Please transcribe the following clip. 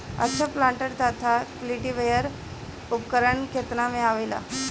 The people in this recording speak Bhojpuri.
अच्छा प्लांटर तथा क्लटीवेटर उपकरण केतना में आवेला?